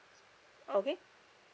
okay